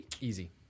Easy